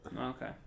okay